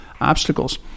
obstacles